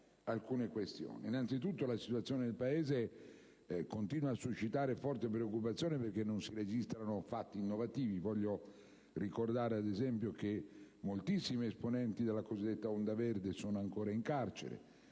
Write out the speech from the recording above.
alcune questioni. Innanzitutto, la situazione nel Paese continua a suscitare forte preoccupazione, perché non si registrano fatti innovativi. Voglio ricordare, ad esempio, che moltissimi esponenti della cosiddetta Onda verde sono ancora in carcere,